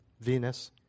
Venus